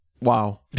Wow